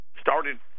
started